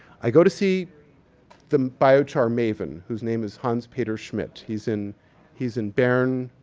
i go to see the biochar maven, who name is hans peter schmidt. he's in he's in bern,